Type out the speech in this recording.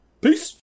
peace